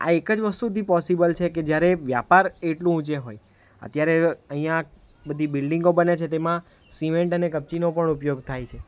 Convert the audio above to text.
આ એક જ વસ્તુથી પોસિબલ છે કે જ્યારે વ્યાપાર એટલું ઊંચે હોય અત્યારે અહીંયાં બધી બિલ્ડિંગો બને છે તેમાં સિમેન્ટ અને કપચીનો પણ ઉપયોગ થાય છે